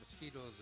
mosquitoes